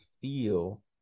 feel